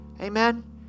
Amen